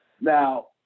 now